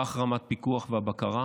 כך רמת הפיקוח והבקרה